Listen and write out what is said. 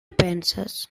penses